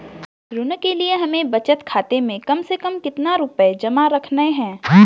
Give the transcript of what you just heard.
ऋण के लिए हमें बचत खाते में कम से कम कितना रुपये जमा रखने हैं?